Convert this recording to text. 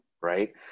right